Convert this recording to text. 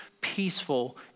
peaceful